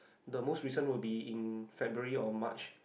the most recent will be in February or March